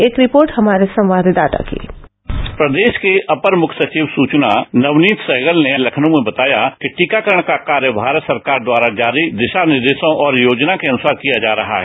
एक रिपोर्ट हमारे संवाददाता की प्रदेश के अपर मुख्य सविव सूचना नवनीत सहगत ने तखनऊ में बताया कि टीकाकरण का कार्य भारत सरकार द्वारा जारी दिशा निर्देशों और योजना के अनुसार किया जा रहा है